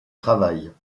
travaille